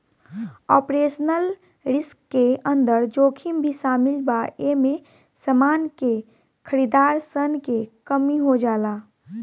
operational risk के अंदर जोखिम भी शामिल बा एमे समान के खरीदार सन के कमी हो जाला